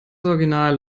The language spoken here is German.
original